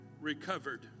recovered